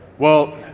well,